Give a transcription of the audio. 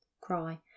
cry